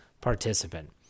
participant